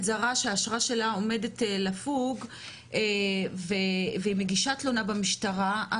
זרה שהאשרה שלה עומדת לפוג והיא מגישה תלונה במשטרה,